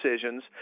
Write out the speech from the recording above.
decisions